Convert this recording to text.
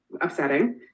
upsetting